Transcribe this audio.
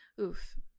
Oof